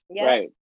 Right